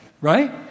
Right